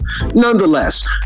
Nonetheless